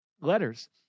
letters